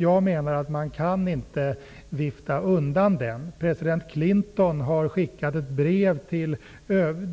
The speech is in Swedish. Jag menar att man inte kan vifta undan den. President Clinton har skrivit brev till